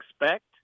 expect